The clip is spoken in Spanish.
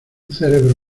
cerebro